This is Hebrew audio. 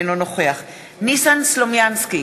אינו נוכח ניסן סלומינסקי,